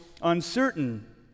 uncertain